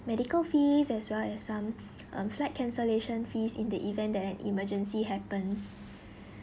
medical fees as well as some um flight cancellation fees in the event that an emergency happens